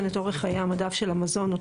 "לפי הצורך ואישור ועדת הבריאות של הכנסת".